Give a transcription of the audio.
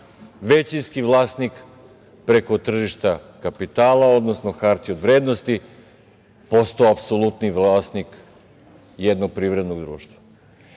većinski vlasnik preko tržišta kapitala, odnosno, hartije od vrednosti, postao apsolutni vlasnik jednog privrednog društva.Za